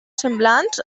semblants